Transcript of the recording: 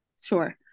Sure